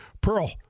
Pearl